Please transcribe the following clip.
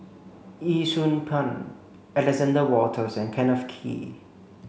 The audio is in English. Yee Siew Pun Alexander Wolters and Kenneth Kee